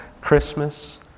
Christmas